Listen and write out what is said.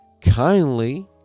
kindly